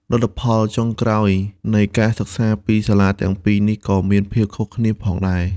លទ្ធផលចុងក្រោយនៃការសិក្សាពីសាលាទាំងពីរនេះក៏មានភាពខុសគ្នាផងដែរ។